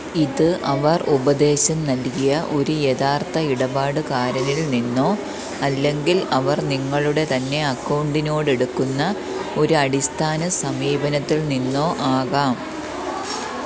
ഇത് അവർ ഉപദേശം നൽകിയ ഒരു യഥാർത്ഥ ഇടപാടുകാരനില് നിന്നോ അല്ലെങ്കിൽ അവർ നിങ്ങളുടെ തന്നെ അക്കൗണ്ടിനോടെടുക്കുന്ന ഒരു അടിസ്ഥാന സമീപനത്തിൽ നിന്നോ ആകാം